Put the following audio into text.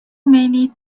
many